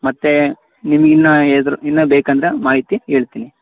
ಮತ್ತೆ ನಿಮ್ಗಿನ್ನೂ ಎದ್ರ್ ಇನ್ನೂ ಬೇಕಂದ್ರೆ ಮಾಹಿತಿ ಹೇಳ್ತೀನಿ